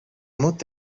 moet